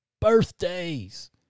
birthdays